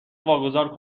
واگذار